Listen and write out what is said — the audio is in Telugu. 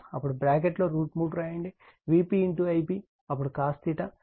అప్పుడు బ్రాకెట్లో √ 3 వ్రాయండి Vp Ip అప్పుడు cos θ